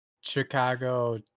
Chicago